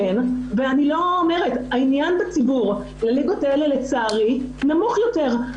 העניין בציבור לליגות האלה לצערי נמוך יותר.